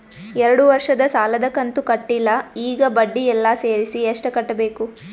ಎರಡು ವರ್ಷದ ಸಾಲದ ಕಂತು ಕಟ್ಟಿಲ ಈಗ ಬಡ್ಡಿ ಎಲ್ಲಾ ಸೇರಿಸಿ ಎಷ್ಟ ಕಟ್ಟಬೇಕು?